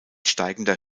steigender